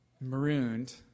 marooned